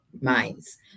minds